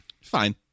fine